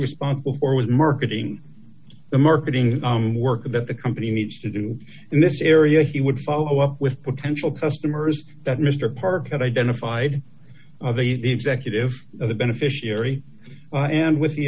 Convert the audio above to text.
responsible for was marketing the marketing work that the company needs to do in this area he would follow up with potential customers that mr parker identified of the executive of the beneficiary and with the